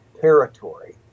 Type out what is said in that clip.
territory